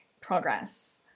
progress